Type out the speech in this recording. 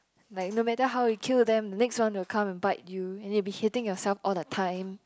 like no matter how you kill them the next one will come and bite you and you'll be hitting yourself all the time